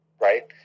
right